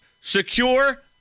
secure